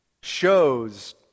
shows